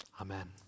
Amen